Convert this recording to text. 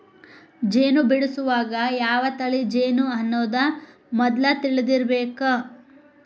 ಜೇನ ಬಿಡಸುವಾಗ ಯಾವ ತಳಿ ಜೇನು ಅನ್ನುದ ಮದ್ಲ ತಿಳದಿರಬೇಕ